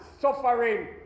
suffering